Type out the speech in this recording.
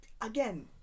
again